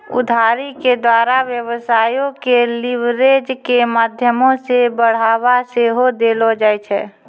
उधारी के द्वारा व्यवसायो के लीवरेज के माध्यमो से बढ़ाबा सेहो देलो जाय छै